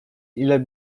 ile